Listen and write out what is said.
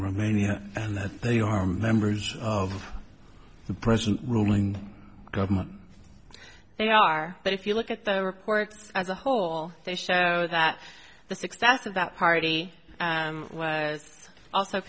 romania and that they are members of the present ruling government they are but if you look at the reports as a whole they show that the success of that party was also